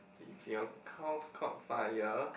if your house caught fire